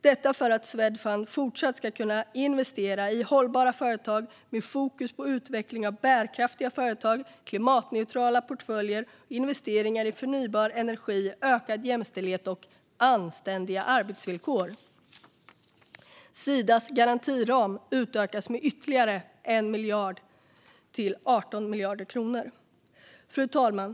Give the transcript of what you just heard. Detta sker för att Swedfund fortsatt ska kunna investera i hållbara företag med fokus på utveckling av bärkraftiga företag, klimatneutrala portföljer, investeringar i förnybar energi, ökad jämställdhet och anständiga arbetsvillkor. Sidas garantiram utökas med ytterligare 1 miljard till 18 miljarder kronor. Fru talman!